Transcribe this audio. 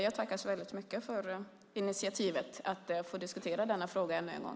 Jag tackar så mycket för initiativet att få diskutera frågan.